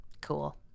cool